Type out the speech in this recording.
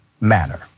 manner